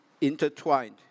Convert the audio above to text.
intertwined